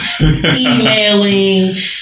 emailing